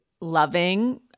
loving